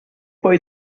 poi